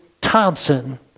Thompson